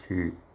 થી